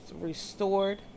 restored